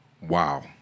Wow